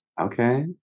Okay